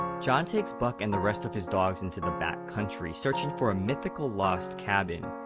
john takes buck and the rest of his dogs into the back country, searching for a mythical lost cabin.